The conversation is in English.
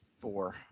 Four